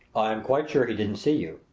i am quite sure he didn't see you,